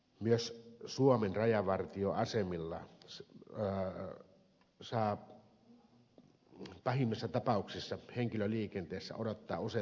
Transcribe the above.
myös suomen rajavartioasemilla saa pahimmissa tapauksissa henkilöliikenteessä odottaa useita tunteja